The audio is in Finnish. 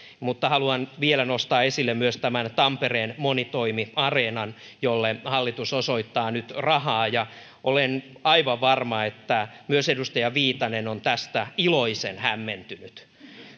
mutta haluan vielä nostaa esille myös tämän tampereen monitoimiareenan jolle hallitus osoittaa nyt rahaa olen aivan varma että myös edustaja viitanen on tästä iloisen hämmentynyt